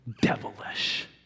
devilish